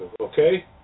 Okay